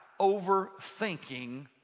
overthinking